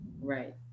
Right